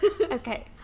Okay